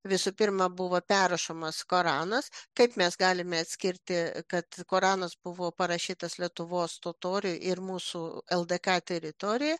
visų pirma buvo perrašomas koranas kaip mes galime atskirti kad koranas buvo parašytas lietuvos totorių ir mūsų ldk teritorijoj